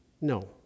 No